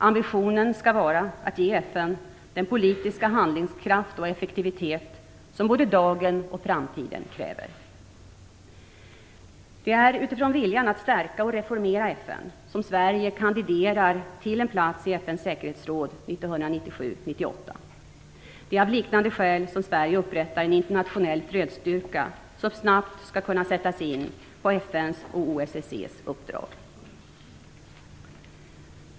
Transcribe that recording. Ambitionen skall vara att ge FN den politiska handlingskraft och effektivitet som både dagen och framtiden kräver. Det är utifrån viljan att stärka och reformera FN som Sverige kandiderar till en plats i FN:s säkerhetsråd 1997/98. Det är av liknande skäl som Sverige upprättar en internationell fredsstyrka, som snabbt skall kunna sättas in på FN:s eller OSSE:s uppdrag.